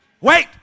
Wait